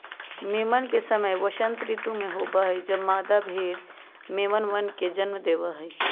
मेमन के समय वसंत ऋतु में होबा हई जब मादा भेड़ मेमनवन के जन्म देवा हई